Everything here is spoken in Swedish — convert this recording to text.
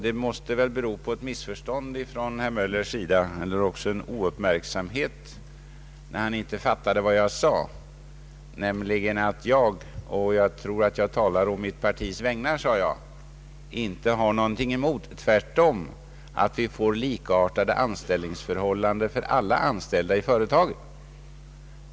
Det måste bero på ett missförstånd eller ouppmärksamhet från herr Möllers sida när han inte fattat vad jag sade, nämligen att jag — och jag sade också att jag tror mig tala å mitt partis vägnar — inte har någonting emot likartade anställningsförhållanden för alla anställda i företagen.